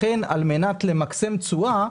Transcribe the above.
לכן על מנת למקסם תשואה,